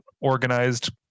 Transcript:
organized